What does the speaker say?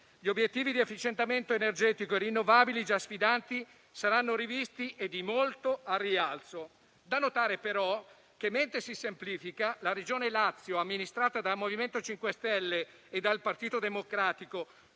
Gli obiettivi di efficientamento energetico e rinnovabili, già sfidanti, saranno rivisti - e di molto - al rialzo. Da notare, però, che mentre si semplifica la Regione Lazio amministrata dal MoVimento 5 Stelle e dal Partito Democratico,